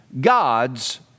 God's